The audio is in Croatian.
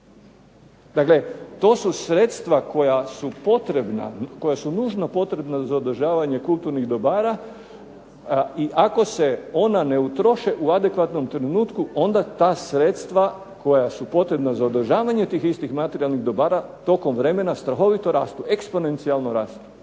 to su sredstva koja su nužno potrebna za održavanje kulturnih dobara. I ako se ona ne utroše u adekvatnom trenutku, onda ta sredstva koja su potrebna za održavanje tih istih materijalnih dobara, tokom vremena strahovito rastu, eksponencijalno rastu.